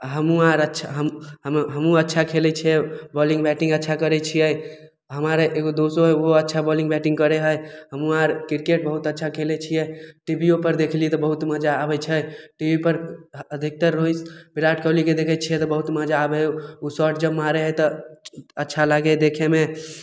आ हमहुँ आर अच्छा हमहुँ हमहुँ हमहुँ अच्छा खेलैत छियै बौलिंग बैटिंग अच्छा करैत छियै हमारा एगो दोसो है ओहो अच्छा बौलिंग बैटिंग करे हइ हमहुँ आर क्रिकेट बहुत अच्छा खेलैत छियै टिभियोपर देखली तऽ बहुत मजा अबैत छै टी भी पर अधिकतर रोहित बिराट कोहलीके देखैत छियै तऽ बहुत मजा आबे हइ शॉट जे मारै हइ तऽ अच्छा लागे हइ देखेमे